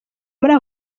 muri